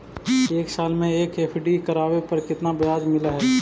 एक साल के एफ.डी करावे पर केतना ब्याज मिलऽ हइ?